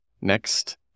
Next